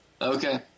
Okay